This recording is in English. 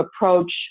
approach